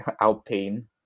Alpine